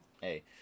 hey